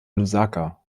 lusaka